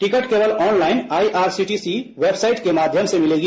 ticket केवल online IRCTC website के माध्यम से मिलेगी